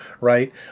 right